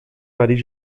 nariz